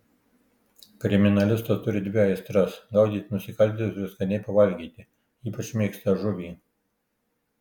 kriminalistas turi dvi aistras gaudyti nusikaltėlius ir skaniai pavalgyti ypač mėgsta žuvį